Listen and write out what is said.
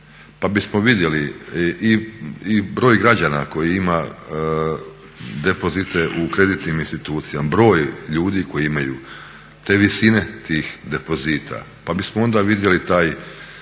pa bismo vidjeli i broj građana koji ima depozite u kreditnim institucijama, broj ljudi koji imaju te visine tih depozita. Pa bismo onda vidjeli taj